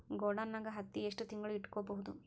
ಗೊಡಾನ ನಾಗ್ ಹತ್ತಿ ಎಷ್ಟು ತಿಂಗಳ ಇಟ್ಕೊ ಬಹುದು?